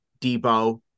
Debo